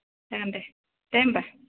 जागोन दे दे होम्बा